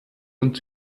und